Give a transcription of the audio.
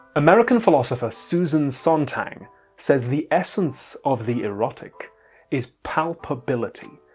american philosopher susan sontang says the essence of the erotic is palpability.